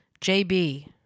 JB